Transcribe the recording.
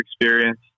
experience